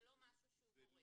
זה לא משהו גורף.